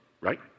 right